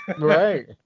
Right